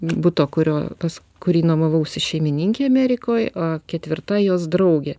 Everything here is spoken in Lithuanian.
buto kurio pas kurį nuomavausi šeimininkė amerikoj ketvirta jos draugė